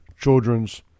children's